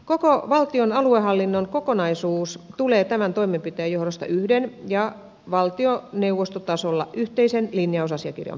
koko valtion aluehallinnon kokonaisuus tulee tämän toimenpiteen johdosta yhden ja valtioneuvostotasolla yhteisen linjausasiakirjan piiriin